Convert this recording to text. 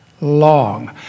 long